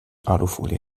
alufolie